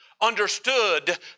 Understood